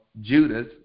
Judas